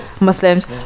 Muslims